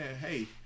hey